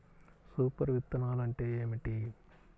Super విత్తనాలు అంటే ఏమిటి?